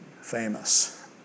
famous